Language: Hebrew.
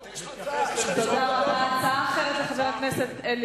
אדוני השר, רק שנייה בבקשה.